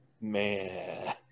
Man